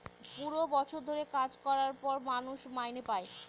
পুরো বছর ধরে কাজ করার পর মানুষ মাইনে পাই